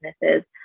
businesses